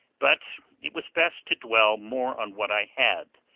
but it was best to dwell more on what i had,